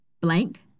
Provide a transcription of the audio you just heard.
blank